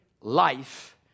life